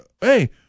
Hey